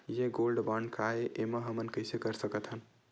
ये gold bond काय ए एमा हमन कइसे कर सकत हव?